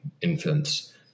infants